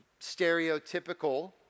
stereotypical